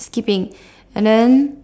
skipping and then